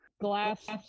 Glass